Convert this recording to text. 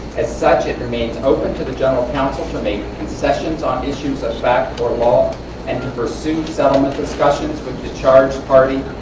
as such, it remains open to the general counsel to make concessions on issues of fact or law and to pursue settlement discussions with the charged party,